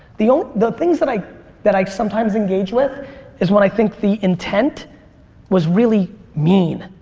the um the things that i that i sometimes engage with is when i think the intent was really mean.